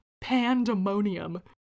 pandemonium